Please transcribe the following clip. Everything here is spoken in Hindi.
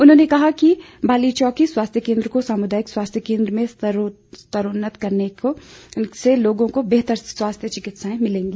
उन्होंने कहा कि बालीचौकी स्वास्थ्य केन्द्र को सामुदायिक स्वास्थ्य केन्द्र में स्तरोन्नत करने से लोगों को बेहतर चिकित्सा सेवाएं मिलेंगी